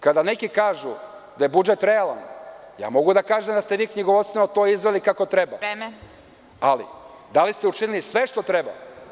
Kada neki kažu da je budžet realan, ja mogu da kažem da ste vi knjigovodstveno to izveli kako treba, ali da li ste učinili sve što treba?